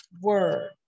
word